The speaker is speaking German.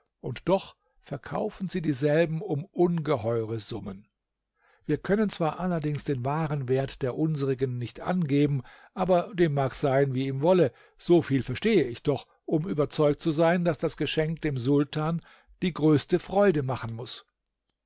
und doch verkaufen sie dieselben um ungeheure summen wir können zwar allerdings den wahren wert der unsrigen nicht angeben aber dem mag sein wie ihm wolle so viel verstehe ich doch um überzeugt zu sein daß das geschenk dem sultan die größte freude machen muß